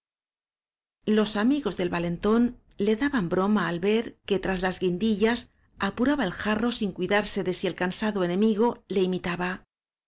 oros o del valentón le daban broma al ver que tras las guindillas apuraba el jarro sin cuidarse de si el cansado enemigo le